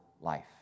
life